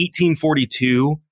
1842